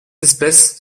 espèce